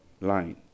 line